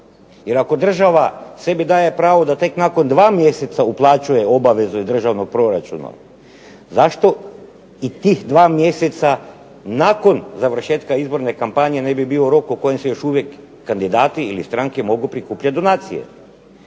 jer ako država sebi daje pravo da tek nakon dva mjeseca uplaćuje obavezu iz državnog proračuna, zašto i tih dva mjeseca nakon završetka izborne kampanje ne bi bio rok u kojem se još uvijek kandidati ili stranke mogu prikupljat donacije,